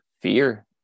fear